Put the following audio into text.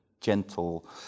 gentle